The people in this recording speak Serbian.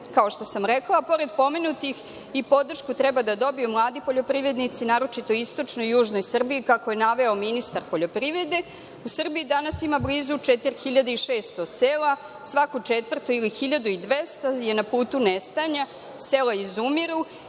kao što sam rekla, a pored pomenutih, podršku treba da dobiju i mladi poljoprivrednici, naročito u istočnoj i južnoj Srbiji, kako je naveo ministar poljoprivrede. U Srbiji danas ima blizu 4.600 sela, a svako četvrto ili 1.200 je na putu nestajanja. Sela izumiru